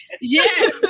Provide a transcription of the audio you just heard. Yes